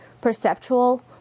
perceptual